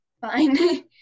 fine